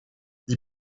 die